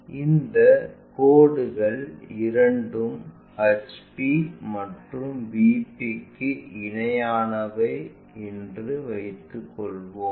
இந்த கோடுகள் இரண்டும் HP மற்றும் VPக்கு இணையானவை என்று வைத்துக் கொள்வோம்